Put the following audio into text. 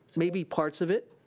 maybe parts of it.